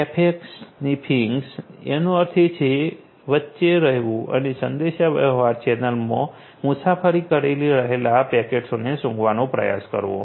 packet sniffing એનો અર્થ છે વચ્ચે રહેવું અને સંદેશાવ્યવહાર ચેનલમાં મુસાફરી કરી રહેલા પેકેટોને સૂંઘવાનો પ્રયાસ કરવો